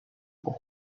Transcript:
pour